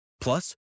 Plus